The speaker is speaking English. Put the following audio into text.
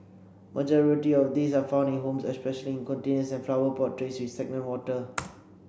majority of these are found in homes especially in containers and flower pot trays with stagnant water